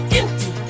empty